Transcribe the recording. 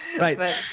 Right